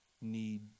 need